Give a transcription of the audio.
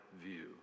View